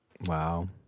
Wow